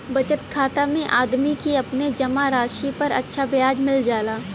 बचत खाता में आदमी के अपने जमा राशि पर अच्छा ब्याज मिल जाला